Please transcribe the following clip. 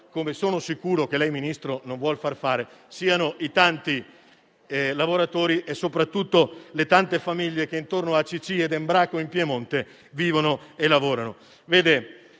come sono sicuro che lei, Ministro, vuole scongiurare - non siano i tanti lavoratori e soprattutto le tante famiglie che intorno all'Acc ed Embraco in Piemonte vivono e lavorano.